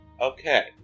Okay